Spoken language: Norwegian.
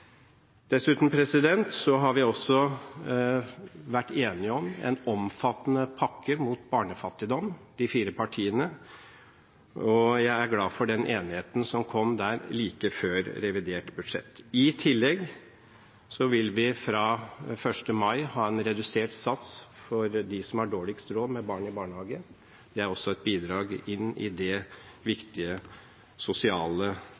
dessuten vært enige om en omfattende pakke mot barnefattigdom, og jeg er glad for den enigheten som kom der like før revidert budsjett. I tillegg har vi fra 1. mai i år redusert sats for barn i barnehage for dem som har dårligst råd. Det er også et bidrag inn i det viktige